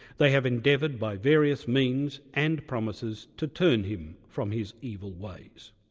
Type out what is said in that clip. they have endeavoured by various means and promises to turn him from his evil ways.